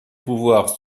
pouvoir